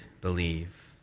believe